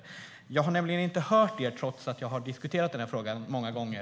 Jag har nämligen inte hört var ni står i denna fråga, trots att jag har diskuterat denna fråga många gånger.